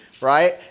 right